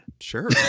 Sure